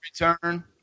return